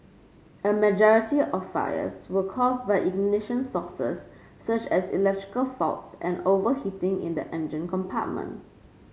a majority of fires were caused by ignition sources such as electrical faults and overheating in the engine compartment